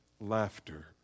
laughter